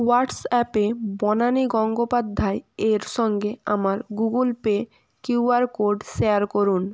হোয়াটসঅ্যাপে বনানী গঙ্গোপাধ্যায় এর সঙ্গে আমার Google Pay Q R code share করুন